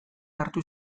hartu